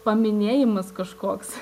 paminėjimas kažkoks